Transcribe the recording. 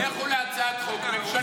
לכו להצעת חוק ממשלתית.